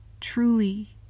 truly